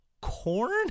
corn